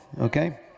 Okay